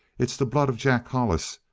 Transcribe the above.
it's the blood of jack hollis.